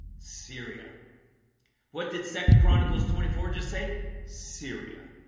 syria what did second chronicles twenty four just say syria?